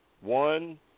one